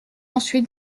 ensuite